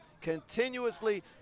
Continuously